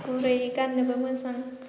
गुरै गान्नोबो मोजां